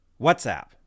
WhatsApp